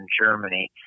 Germany